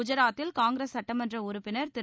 குஜராத்தில் காங்கிரஸ் சட்டமன்ற உறுப்பினர் திரு